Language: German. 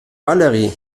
valerie